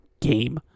game